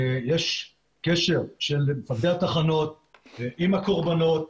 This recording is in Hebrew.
יש קשר של מפקדי התחנות עם הקורבנות,